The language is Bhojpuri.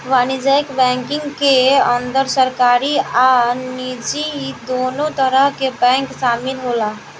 वाणिज्यक बैंकिंग के अंदर सरकारी आ निजी दुनो तरह के बैंक शामिल होला